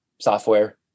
software